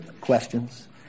questions